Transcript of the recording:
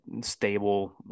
stable